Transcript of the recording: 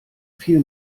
viel